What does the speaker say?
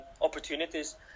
opportunities